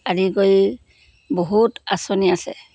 আদি কৰি বহুত আঁচনি আছে